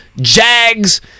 Jags